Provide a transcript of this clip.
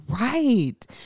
Right